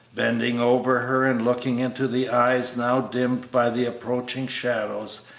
bending over her and looking into the eyes now dimmed by the approaching shadows,